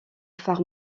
phare